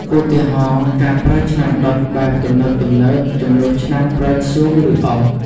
ឧទាហរណ៍ ការប្រើឆ្នាំងដុតបែបទំនើបៗជំនួសឆ្នាំងប្រើធ្បូង ឬអុស។